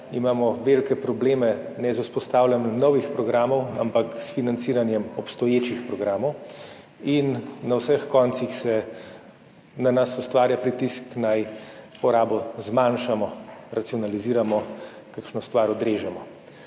imamo velike probleme ne z vzpostavljanjem novih programov, ampak s financiranjem obstoječih programov in na vseh koncih se na nas ustvarja pritisk, naj porabo zmanjšamo, racionaliziramo, kakšno stvar odrežemo.